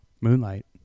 Moonlight